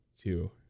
two